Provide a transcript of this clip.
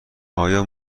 آیا